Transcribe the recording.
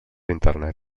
internet